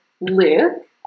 Luke